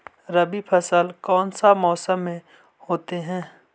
रवि फसल कौन सा मौसम में होते हैं?